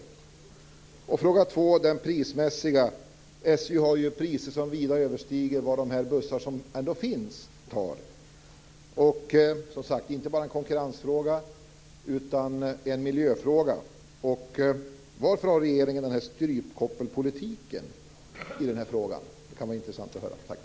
Den andra frågan gäller det prismässiga. SJ har priser som vida överstiger vad de bussar har som ändå finns. Det är inte bara en konkurrensfråga utan även en miljöfråga. Varför driver regeringen den här strypkoppelpolitiken i den här frågan? Det kan vara intressant att höra.